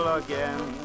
again